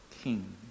king